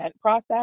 process